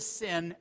sin